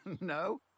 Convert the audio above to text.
No